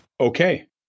okay